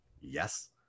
Yes